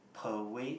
per way